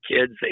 kids